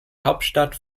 hauptstadt